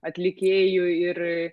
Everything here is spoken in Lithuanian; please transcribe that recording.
atlikėjų ir